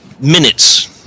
minutes